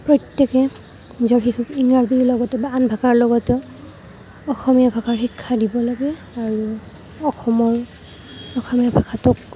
প্ৰত্যেকে নিজৰ শিশুক ইংৰাজীৰ লগতে বা আন ভাষাৰ লগতে অসমীয়া ভাষাৰ শিক্ষা দিব লাগে আৰু অসমৰ অসমীয়া ভাষাটোক